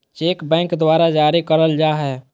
cheque bank द्वारा जारी करल जाय हय